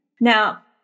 Now